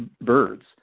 birds